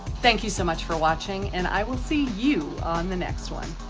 thank you so much for watching and i will see you on the next one.